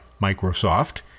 Microsoft